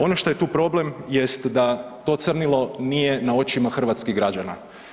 Ono što je tu problem jest da to crnilo nije na očima hrvatskih građana.